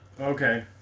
okay